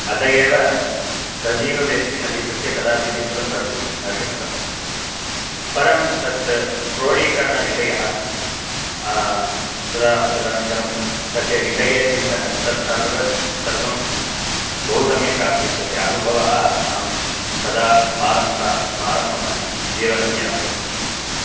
अत एव सजीवव्यक्तिम् अधिकृत्य कदापि चित्रं कर्तुं न शक्तं परं तत् क्रोडीकरणविषयः तदा तदनन्तरं तस्य विषयचिन्तनं तद् सर्वं सर्वस्य बहु सम्यक् आसीत् तस्य अनुभवः अहं सदा स्मारं स्मारं मम जीवनं यापयामि